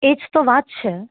એ જ તો વાત છે